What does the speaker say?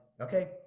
okay